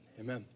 Amen